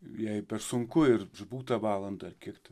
jai per sunku ir išbūt tą valandą ar kiek ten